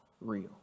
real